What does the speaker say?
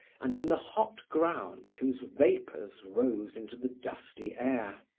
and in the hot ground whose vapors rose into the dusty air.